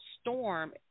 Storm